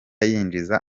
yinjiza